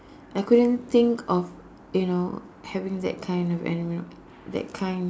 I couldn't think of you know having that kind of animal that kind